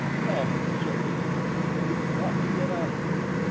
come! said the englishman. we've got to get out of here.